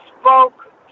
spoke